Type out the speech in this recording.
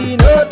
no